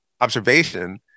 observation